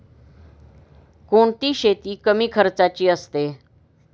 कोणती शेती कमी खर्चाची असते?